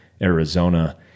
Arizona